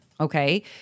Okay